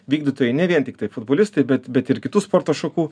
vykdytojai ne vien tiktai futbolistai bet bet ir kitų sporto šakų